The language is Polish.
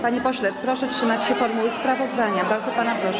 Panie pośle, proszę trzymać się formuły sprawozdania, bardzo pana proszę.